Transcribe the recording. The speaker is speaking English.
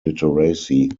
literacy